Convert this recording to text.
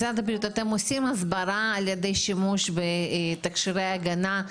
משרד הבריאות אתם עושים הסברה על ידי שימוש בתכשירי הגנה?